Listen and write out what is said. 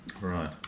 Right